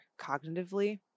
cognitively